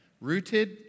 rooted